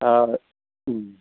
दा